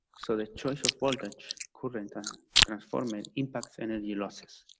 so the choice of voltage current and transformer and impacts energy losses.